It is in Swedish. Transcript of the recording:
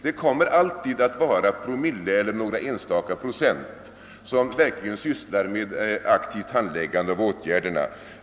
Det kommer alltid att vara några promille eller några enstaka procent som verkligen sysslar med att aktivt handlägga frågorna.